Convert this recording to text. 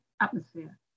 atmosphere